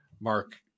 Mark